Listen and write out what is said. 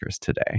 today